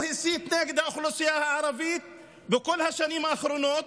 הוא הסית נגד האוכלוסייה הערבית בכל השנים האחרונות,